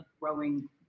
growing